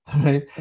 right